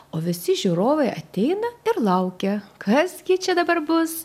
o visi žiūrovai ateina ir laukia kas gi čia dabar bus